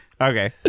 Okay